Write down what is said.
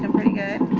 and pretty good.